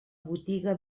botiga